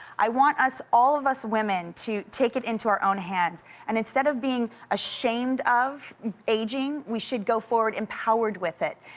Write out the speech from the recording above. i want us, all of us women to take it into our own hands and instead of being ashamed of aging, we should go forward empowered with it.